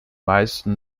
meisten